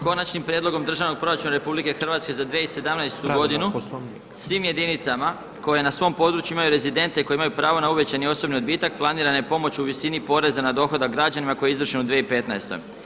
Konačnim prijedlogom Državnog proračuna RH za 2017. godinu svim jedinicama koje na svom području imaju rezidente koji imaju pravo na uvećani osobni odbitak planirana je pomoć u visini poreza na dohodak građanima koji je izvršen u 2015.